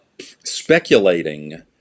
speculating